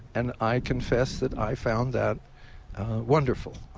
and i confessed that i found that wonderful.